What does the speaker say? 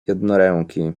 jednoręki